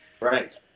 right